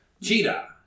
Cheetah